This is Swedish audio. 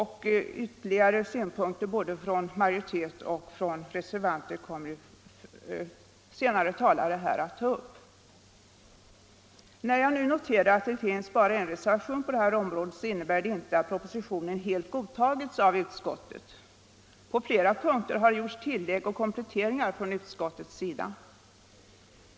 Ytterligare synpunkter både från majoritet och från reservanter kommer senare talare att ta upp. När jag nu noterar att det bara finns en reservation på det här området innebär inte det att propositionen helt godtagits av utskottet. På flera punkter har gjorts tillägg och kompletteringar från utskottets sida.